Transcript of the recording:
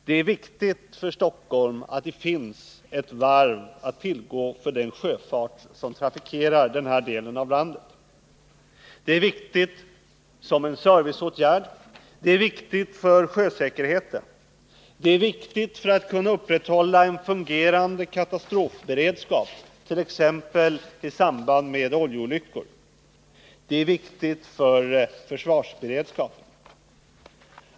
Det är viktigt för Stockholmsregionen att det finns ett varv att tillgå för den sjöfart som trafikerar denna del av landet. Det är viktigt såsom en serviceåtgärd, för sjösäkerheten och för att man skall kunna upprätthålla en fungerande katastrofberedskap, t.ex. i samband med oljeolyckor. Det är också viktigt för försvarsberedskapen.